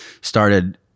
started